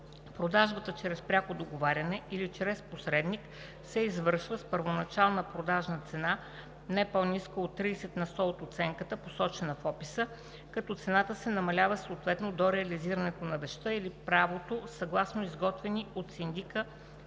Продажбата чрез пряко договаряне или чрез посредник се извършва с първоначална продажна цена, не по-ниска от 30 на сто от оценката, посочена в описа, като цената се намалява съответно до реализиране на вещта или правото съгласно изготвени от синдика